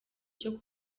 cyo